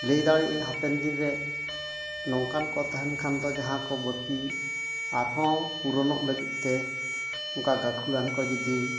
ᱞᱟᱹᱭ ᱫᱟᱲᱮᱜ ᱟᱹᱧ ᱦᱟᱯᱮᱱ ᱫᱤᱱᱨᱮ ᱱᱚᱝᱠᱟᱱ ᱠᱚ ᱛᱟᱦᱮᱱ ᱠᱷᱟᱱ ᱫᱚ ᱡᱟᱦᱟᱸ ᱠᱚ ᱵᱟᱹᱠᱤ ᱟᱨᱦᱚᱸ ᱯᱩᱨᱚᱱᱚᱜ ᱞᱟᱹᱜᱤᱫ ᱛᱮ ᱚᱱᱠᱟ ᱜᱟᱹᱠᱷᱩᱲᱟᱱ ᱠᱚ ᱡᱩᱫᱤ